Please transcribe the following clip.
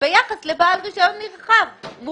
ביחס לבעל רישיון מורחב.